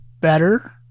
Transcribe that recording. better